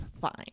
fine